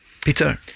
Peter